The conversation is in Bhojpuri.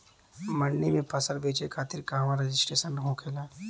मंडी में फसल बेचे खातिर कहवा रजिस्ट्रेशन होखेला?